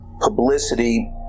publicity